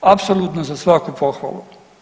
Apsolutno za svaku pohvalu.